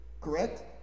correct